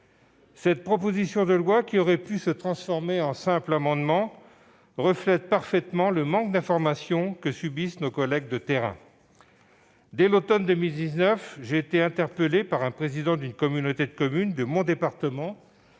Cette proposition de loi, qui aurait pu se transformer en simple amendement, reflète parfaitement le manque d'information que subissent nos collègues de terrain. Dès l'automne 2019, j'ai été interpellé par le président d'une communauté de communes de mon département